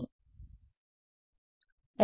విద్యార్థి Sx